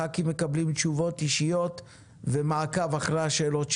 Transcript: חברי הכנסת מקבלים תשובות אישיות ומעקב אחרי השאלות שלהם.